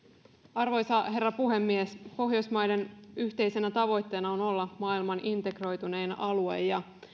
arvoisa herra puhemies pohjoismaiden yhteisenä tavoitteena on olla maailman integroitunein alue ja